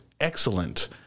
excellent